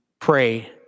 pray